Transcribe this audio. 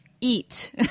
eat